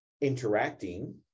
interacting